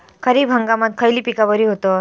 खरीप हंगामात खयली पीका बरी होतत?